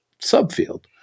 subfield